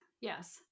Yes